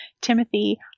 Timothy